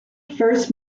first